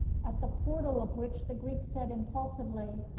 at the portal of which the greek said, impulsively,